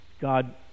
God